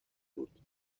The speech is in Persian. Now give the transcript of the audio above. بود